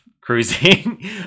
cruising